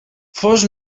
fos